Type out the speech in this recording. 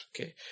Okay